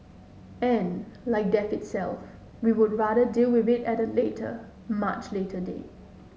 and like death itself we would rather deal with it at a later much later date